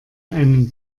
einen